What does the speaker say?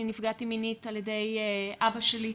אני נפגעתי מינית על ידי אבא שלי.